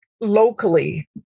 locally